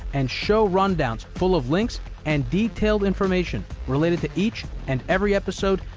and show rundowns full of links and detailed information related to each and every episode,